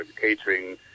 catering